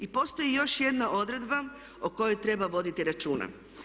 I postoji još jedna odredba o kojoj treba voditi računa.